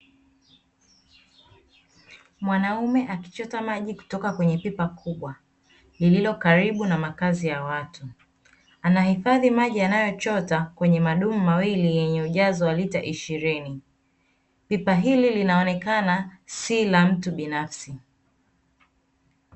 Mwanaume akichota maji kutoka kwenye pipa kubwa, lililo karibu na makazi ya watu, anahifadhi maji aliyochota kwenye madumu mawili yenye ujazo wa lita ishirini, pipa hili linaonekana sio la mtu binafsi